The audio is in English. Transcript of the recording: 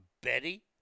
Betty